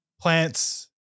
plants